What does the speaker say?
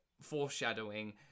foreshadowing